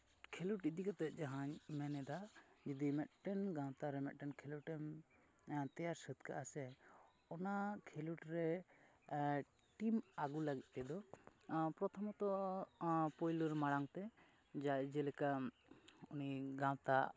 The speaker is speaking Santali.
ᱠᱷᱮᱞᱳᱰ ᱤᱫᱤ ᱠᱟᱛᱮᱫ ᱡᱟᱦᱟᱧ ᱢᱮᱱᱮᱫᱟ ᱢᱤᱫᱴᱮᱱ ᱜᱟᱶᱛᱟ ᱨᱮ ᱢᱤᱫᱴᱮᱱ ᱠᱷᱮᱞᱳᱰᱮᱢ ᱛᱮᱭᱟᱨ ᱥᱟᱹᱛ ᱠᱟᱜᱼᱟ ᱥᱮ ᱚᱱᱟ ᱠᱷᱮᱞᱳᱰ ᱨᱮ ᱴᱤᱢ ᱟᱹᱜᱩ ᱞᱟᱹᱜᱤᱫ ᱛᱮᱫᱚ ᱯᱨᱚᱛᱷᱚᱢᱚᱛᱚ ᱯᱳᱭᱞᱳ ᱨᱮ ᱢᱟᱲᱟᱝ ᱛᱮ ᱡᱟᱭ ᱡᱮᱞᱮᱠᱟ ᱩᱱᱤ ᱜᱟᱶᱛᱟ